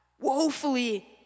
woefully